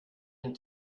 den